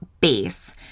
base